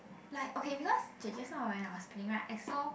like okay because just now when I was playing right I saw